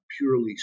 purely